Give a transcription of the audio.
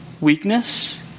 weakness